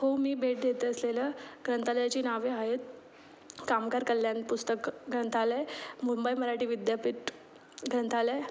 हो मी भेट देत असलेल्या ग्रंथालयाची नावे आहेत कामगार कल्याण पुस्तक ग्रंथालय मुंबई मराठी विद्यापीठ ग्रंथालय